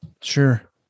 Sure